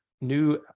new